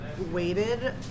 waited